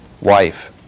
wife